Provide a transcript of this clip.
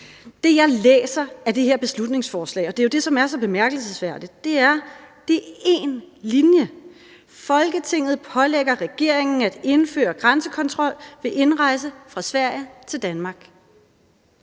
at lide skade. Det her beslutningsforslag – og det er jo det, der er så bemærkelsesværdigt – består af én linje: »Folketinget pålægger regeringen at indføre grænsekontrol ved indrejse fra Sverige til Danmark.«